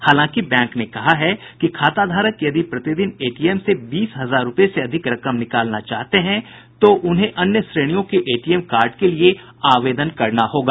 हालांकि बैंक ने कहा है कि खाताधारक यदि प्रतिदिन एटीएम से बीस हजार रूपये से अधिक रकम निकालना चाहते हैं तो उन्हें अन्य श्रेणियों के एटीएम कार्ड के लिए आवेदन करना होगा